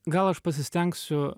gal aš pasistengsiu